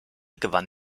gewann